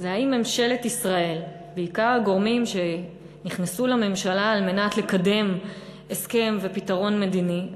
לממשלה על מנת לקדם הסכם ופתרון מדיני,